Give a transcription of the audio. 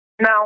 No